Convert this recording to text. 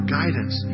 guidance